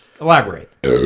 elaborate